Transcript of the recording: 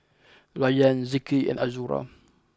Rayyan Zikri and Azura